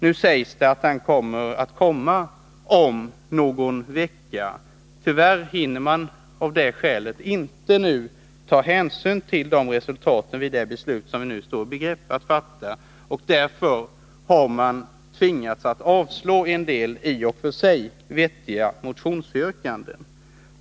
Nu sägs det att den kommer om någon vecka. Tyvärr hinner man av det skälet inte ta hänsyn till resultaten vid de beslut som vi nu skall fatta, och därför har man tvingats avslå en del i och för sig vettiga motionsyrkanden.